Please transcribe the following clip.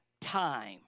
time